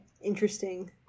interesting